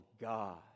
God